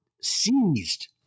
seized